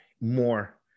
more